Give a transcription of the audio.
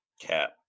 Cap